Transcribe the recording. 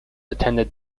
attended